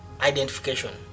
identification